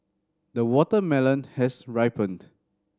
the watermelon has ripened